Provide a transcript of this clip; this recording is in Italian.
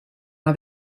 una